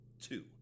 Two